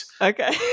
Okay